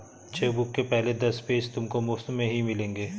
chequebook के पहले दस पेज तुमको मुफ़्त में ही मिलेंगे